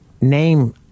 name